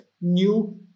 new